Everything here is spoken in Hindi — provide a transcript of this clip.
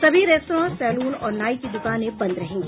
सभी रेस्त्रां सैलून और नाई की दुकानें बंद रहेंगी